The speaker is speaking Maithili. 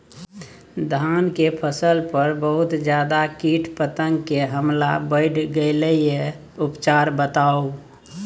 धान के फसल पर बहुत ज्यादा कीट पतंग के हमला बईढ़ गेलईय उपचार बताउ?